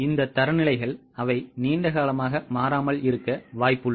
இந்த தரநிலைகள் அவை நீண்ட காலமாக மாறாமல் இருக்க வாய்ப்புள்ளது